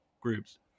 groups